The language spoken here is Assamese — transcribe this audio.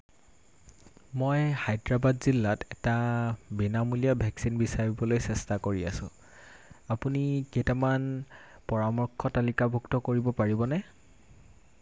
মই হায়দৰাবাদ জিলাত এটা বিনামূলীয়া ভেকচিন বিচাৰিবলৈ চেষ্টা কৰি আছোঁ আপুনি কেইটামান পৰামৰ্শ তালিকাভুক্ত কৰিব পাৰিবনে